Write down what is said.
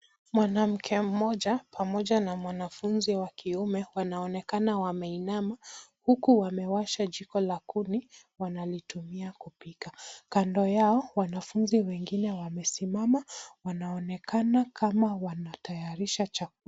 Mwanamke mmoja pamoja na mwanafunzi wa kiume wanaonekana wameinama huku wamewasha jiko la kundi wanalitumia kupika. Kando yao wanafunzi wengine wamesimama wanaonekana kama wanatayarisha chakula.